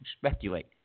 speculate